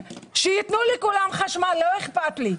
שייתנו לכולם חשמל, לא אכפת לי.